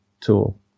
tool